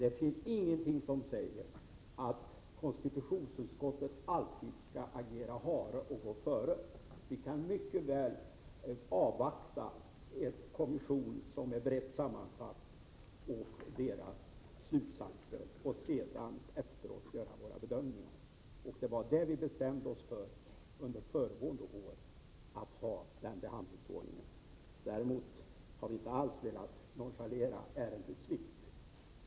Det finns ingenting som säger att konstitutionsutskottet alltid skall agera hare och gå före. Vi kan mycket väl avvakta de slutsatser en kommission, som är brett sammansatt, kommer fram till och sedan efteråt göra våra bedömningar. Vi bestämde oss under föregående år för att ha den behandlingsordningen. Däremot har vi inte alls velat nonchalera ärendets vikt.